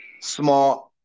small